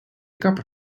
kapper